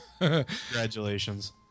congratulations